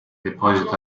deposito